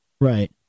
right